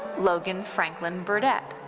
logan franklin burdette.